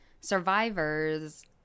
survivors